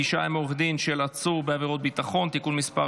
(פגישה עם עורך דין של עצור בעבירת ביטחון) (תיקון מס'